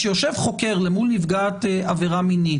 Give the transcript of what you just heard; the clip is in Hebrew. כשיושב חוקר למול נפגעת עבירה מינית,